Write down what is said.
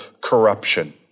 corruption